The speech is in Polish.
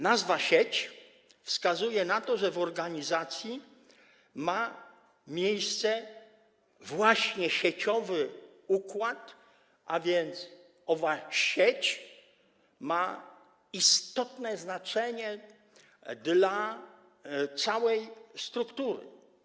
Nazwa „sieć” wskazuje na to, że w organizacji ma miejsce właśnie sieciowy układ, a więc owa sieć ma istotne znaczenie dla całej struktury.